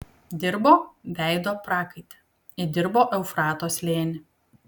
dirbo veido prakaite įdirbo eufrato slėnį